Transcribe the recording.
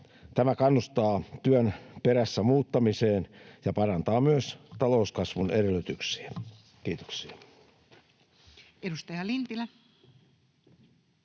Tämä kannustaa työn perässä muuttamiseen ja parantaa myös talouskasvun edellytyksiä. — Kiitoksia.